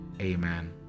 Amen